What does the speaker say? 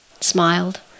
smiled